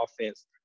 offense